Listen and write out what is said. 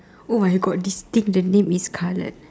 oh my god this thing the name is scarlet